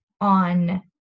on